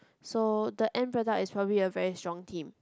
so the end product is probably a very strong team